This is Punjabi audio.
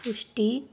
ਪੁਸ਼ਟੀ